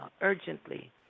urgently